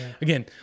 again